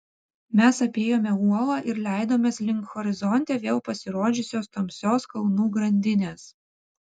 mes apėjome uolą ir leidomės link horizonte vėl pasirodžiusios tamsios kalnų grandinės